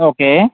okay